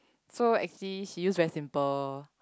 so actually she use very simple